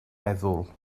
meddwl